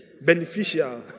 Beneficial